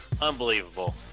Unbelievable